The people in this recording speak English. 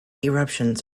eruptions